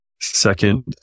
Second